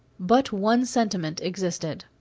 but one sentiment existed.